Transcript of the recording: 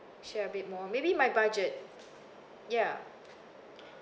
share a bit more maybe my budget ya